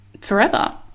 forever